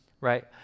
right